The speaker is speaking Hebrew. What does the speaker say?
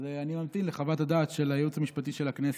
אז אני ממתין לחוות הדעת של הייעוץ המשפטי של הכנסת.